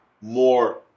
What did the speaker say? more